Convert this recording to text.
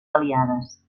aliades